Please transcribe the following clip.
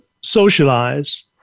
socialize